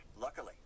Luckily